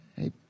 hey